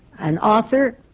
an author,